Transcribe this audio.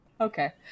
Okay